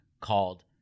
called